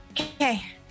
Okay